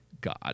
god